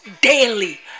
daily